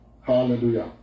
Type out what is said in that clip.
Hallelujah